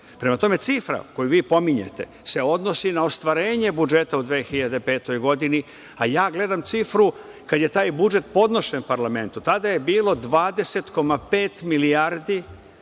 Prema tome, cifra koju vi pominjete se odnosi na ostvarenje budžeta u 2005. godini, a ja gledam cifru kada je taj budžet podnošen parlamentu, tada je bilo 20,5 milijardi